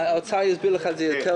האוצר יסביר לך את זה טוב יותר